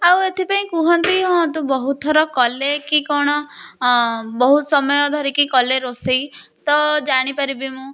ଆଉ ଏଥିପାଇଁ କୁହନ୍ତି ତୁ ବହୁତ୍ ଥର କଲେ କି କ'ଣ ବହୁତ ସମୟ ଧରିକି କଲେ ରୋଷେଇ ତ ଜାଣିପାରିବି ବି ମୁଁ